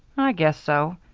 i guess so.